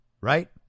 right